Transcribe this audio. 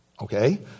Okay